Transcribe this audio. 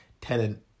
Tenant